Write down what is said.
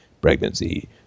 Pregnancy